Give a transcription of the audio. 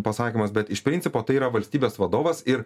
pasakymas bet iš principo tai yra valstybės vadovas ir